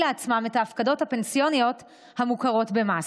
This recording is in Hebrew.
לעצמם את ההפקדות הפנסיוניות המוכרות במס,